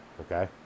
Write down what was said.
okay